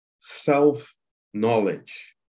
self-knowledge